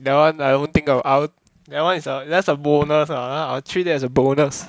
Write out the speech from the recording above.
that one I don't think I'll I'll that one is a is a bonus ah I'll treat it as a bonus